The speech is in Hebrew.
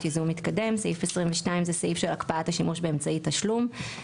ייזום מתקדם"; סעיף 22 זה סעיף של הקפאת השימוש באמצעי תשלום,